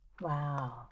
Wow